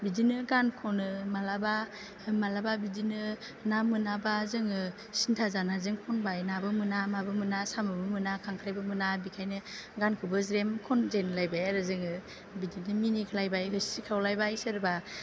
बिदिनो गान खनो मालाबा मालाबा बिदिनो ना मोनाबा जोङो सिन्था जानानै जों खनबाय नाबो मोना माबो मोना साम'बो मोना खांख्राइबो मोना बेखायनो गानखौबो ज्रेम खनजेनलायबाय आरो जोङो बिदिनो मिनिलायबाय हस्रिखावलायबाय सोरबा